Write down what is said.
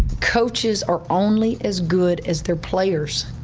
coaches are only as good as their players.